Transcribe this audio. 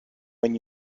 when